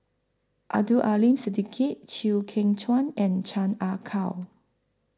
Abdul Aleem Siddique Chew Kheng Chuan and Chan Ah Kow